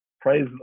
praise